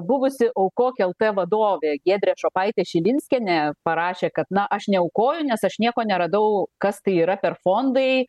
buvusi aukok lt vadovė giedrė šopaitė šilinskienė parašė kad na aš neaukoju nes aš nieko neradau kas tai yra per fondai